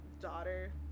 daughter